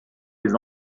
les